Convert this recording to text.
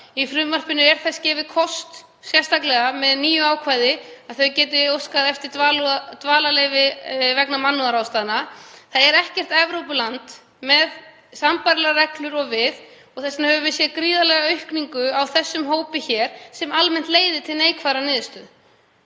Í frumvarpinu er gefinn kostur á því, sérstaklega með nýju ákvæði, að það fólk geti óskað eftir dvalarleyfi af mannúðarástæðum. Það er ekkert Evrópuland með sambærilegar reglur og við og þess vegna höfum við séð gríðarlega aukningu á þessum hópi hér sem almennt leiðir til neikvæðrar niðurstöðu.